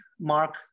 Mark